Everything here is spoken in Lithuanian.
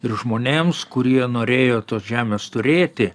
ir žmonėms kurie norėjo tos žemės turėti